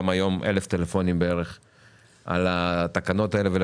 גם היום בערך אלף טלפונים על התקנות ועל